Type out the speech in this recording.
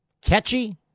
Catchy